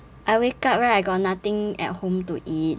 I wake up right I got nothing at home to eat